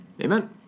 Amen